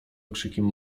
okrzykiem